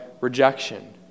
rejection